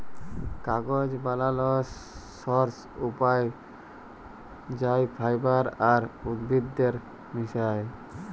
কাগজ বালালর সর্স পাউয়া যায় ফাইবার আর উদ্ভিদের মিশায়